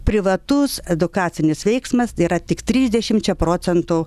privatus edukacinis veiksmas tėra tik trisdešimčia procentų